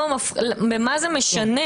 מה זה משנה